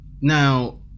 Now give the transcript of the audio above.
now